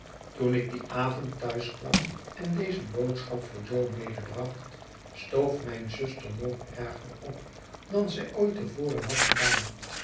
toen ik dien avond thuis kwam en deze boodschap voor jo medebracht stoof mijne zuster nog erger op dan zij ooit te voren had gedaan